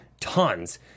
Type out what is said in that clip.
Tons